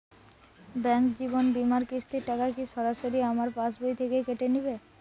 Bank জীবন বিমার কিস্তির টাকা কি সরাসরি আমার পাশ বই থেকে কেটে নিবে?